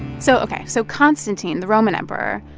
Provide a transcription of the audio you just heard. so, ok. so constantine, the roman emperor,